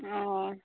ᱚᱻ ᱟᱨ